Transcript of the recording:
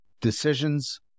decisions